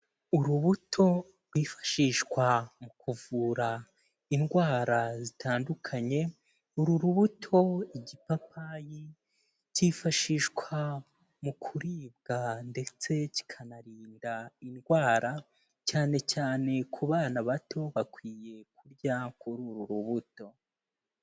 Urubuto rwifashishwa mu kuvura indwara zitandukanye, uru rubuto igipapayi, cyifashishwa mu kuribwa ndetse kikanarinda indwara, cyane cyane ku bana bato bakwiye kurya kuri uru rubuto.